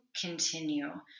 continue